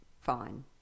fine